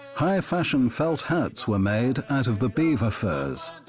high fashion felt hats, were made out of the beaver furs.